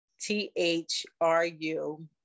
T-H-R-U